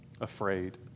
afraid